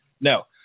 No